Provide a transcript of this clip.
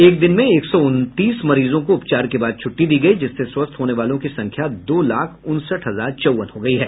एक दिन में एक सौ उनतीस मरीजों को उपचार के बाद छुट्टी दी गई जिससे स्वस्थ होने वालों की संख्या दो लाख उनसठ हजार चौवन हो गई है